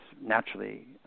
naturally